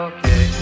Okay